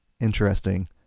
Interesting